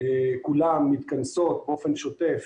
כולן מתכנסות באופן שוטף